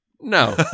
no